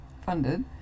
funded